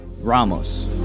Ramos